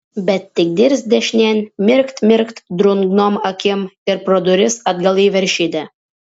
bet tik dirst dešinėn mirkt mirkt drungnom akim ir pro duris atgal į veršidę